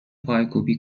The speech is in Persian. پایکوبی